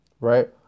right